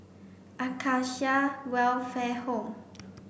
Acacia Welfare Home